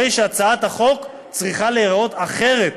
הרי הצעת החוק צריכה להיראות אחרת.